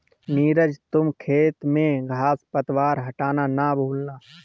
नीरज तुम खेत में घांस पतवार हटाना ना भूलना